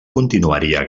continuaria